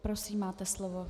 Prosím, máte slovo.